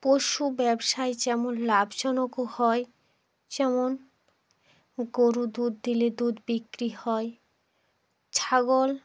পশু ব্যবসায় যেমন লাভজনকও হয় যেমন গরু দুধ দিলে দুধ বিক্রি হয় ছাগল